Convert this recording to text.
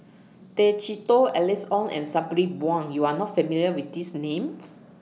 Tay Chee Toh Alice Ong and Sabri Buang YOU Are not familiar with These Names